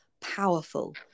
powerful